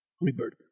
Rebirth